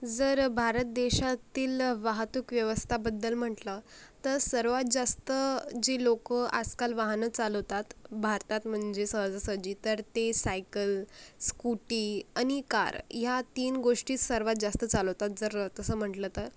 जर भारत देशातील वाहतूक व्यवस्थाबद्दल म्हटलं तर सर्वात जास्त जी लोकं आजकाल वाहनं चालवतात भारतात म्हणजे सहजासहजी तर ते सायकल स्कूटी आणि कार ह्या तीन गोष्टी सर्वात जास्त चालवतात जर तसं म्हटलं तर